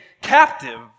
captive